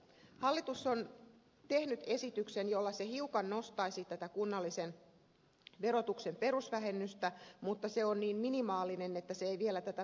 hallitus on tehnyt esityksen jolla se hiukan nostaisi tätä kunnallisen verotuksen perusvähennystä mutta se on niin minimaalinen että se ei vielä tätä perusongelmaa poista